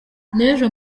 n’ejo